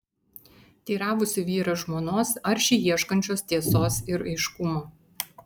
teiravosi vyras žmonos aršiai ieškančios tiesos ir aiškumo